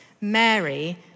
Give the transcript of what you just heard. Mary